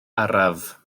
araf